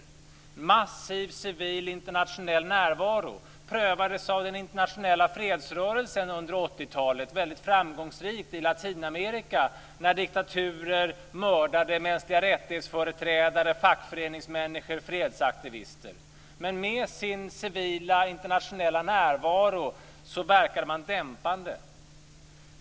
En massiv civil internationell närvaro prövades väldigt framgångsrikt i Latinamerika av den internationella fredsrörelsen under 80-talet när diktaturer mördade företrädare för de mänskliga rättigheterna, fackföreningsmänniskor och fredsaktivister. Men med sin civila internationella närvaro verkade man dämpande.